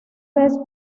vez